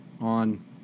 on